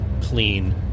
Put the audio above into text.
clean